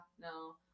No